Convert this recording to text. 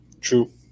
True